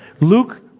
Luke